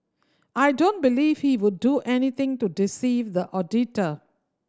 I don't believe he would do anything to deceive the auditor